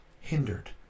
hindered